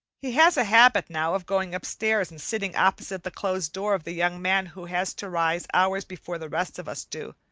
he has a habit now of going upstairs and sitting opposite the closed door of the young man who has to rise hours before the rest of us do,